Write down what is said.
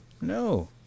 no